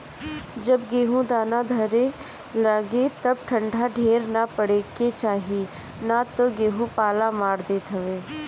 जब गेहूँ दाना धरे लागे तब ठंडा ढेर ना पड़े के चाही ना तऽ गेंहू पाला मार देत हवे